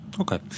Okay